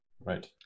right